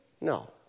No